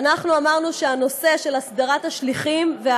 תרתום את הכוח שלך כדי